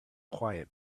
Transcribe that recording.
quiet